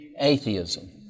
Atheism